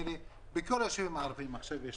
בכל היישובים הערביים יש עכשיו תאגידים.